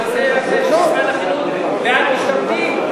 שמשרד החינוך בעד המשתמטים.